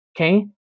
Okay